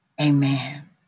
amen